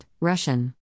Russian